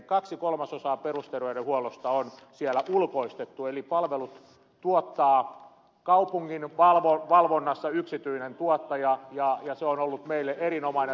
kaksi kolmasosaa perusterveydenhuollosta on siellä ulkoistettu eli palvelut tuottaa kaupungin valvonnassa yksityinen tuottaja ja se on ollut meille erinomainen ratkaisu